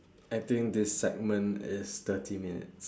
I think this segment is thirty minutes